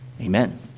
amen